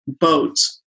boats